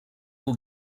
will